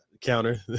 Counter